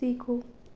सीखो